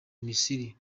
misiri